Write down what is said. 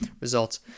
results